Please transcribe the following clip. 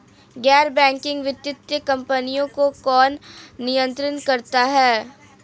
गैर बैंकिंग वित्तीय कंपनियों को कौन नियंत्रित करता है?